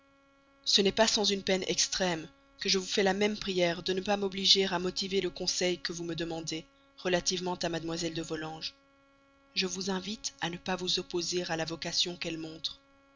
ce n'est pas sans une peine extrême que je vous fais la même prière de ne pas m'obliger à motiver le conseil que vous me demandez relativement à mademoiselle de volanges je vous invite à ne pas vous opposer à la vocation qu'elle montre